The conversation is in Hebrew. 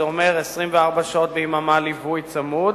זה אומר ליווי צמוד